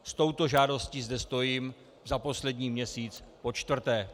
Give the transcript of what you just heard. S touto žádostí zde stojím za poslední měsíc počtvrté.